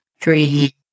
three